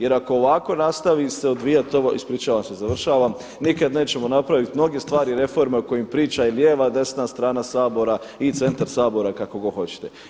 Jer ako ovako nastavi se odvijati ovo, ispričavam se završavam, nikad nećemo napraviti, mnoge stvari i reforme o kojima priča i lijeva i desna strana Sabora i centar Sabora kako god hoćete.